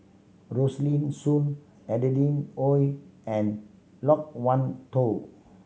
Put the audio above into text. Rosaline Soon Adeline Ooi and Loke Wan Tho